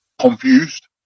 confused